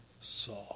saw